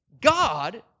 God